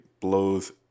blows